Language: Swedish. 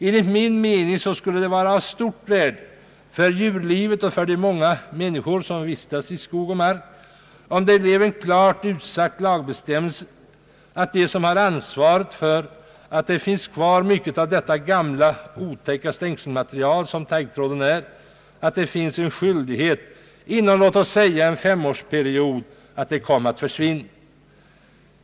Enligt min mening skulle det vara av stort värde för djurlivet och för de många människor som vistas i skog och mark om det blev klart utsagt i en lagbestämmelse att de som har ansvaret för att mycket finns kvar av det gamla stängselmaterialet taggtråd skulle ha skyldighet att se till att detta försvann inom exempelvis en femårsperiod.